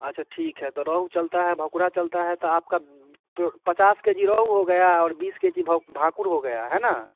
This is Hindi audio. अच्छा ठीक है तो रोहू चलती है भाकुड़ चलती है तो आपका तो पचास के जी रोहू हो गया और बीस के जी भाकु भाकुड़ हो गया है ना